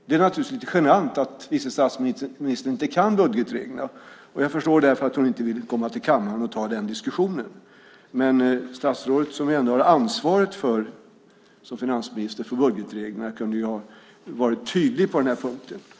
Det är naturligtvis lite genant att vice statsministern inte kan budgetreglerna, och jag förstår därför att hon inte ville komma till kammaren och ta den diskussionen. Men statsrådet, som ändå som finansminister har ansvaret för budgetreglerna, kunde ha varit tydlig på den här punkten.